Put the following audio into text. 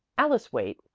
alice waite,